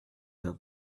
d’un